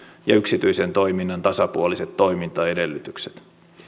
ja yksityisen toiminnan tasapuoliset toimintaedellytykset